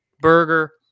burger